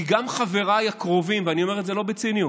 כי גם חבריי הקרובים, ואני אומר את זה לא בציניות,